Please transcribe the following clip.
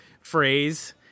phrase